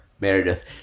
Meredith